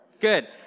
good